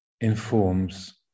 informs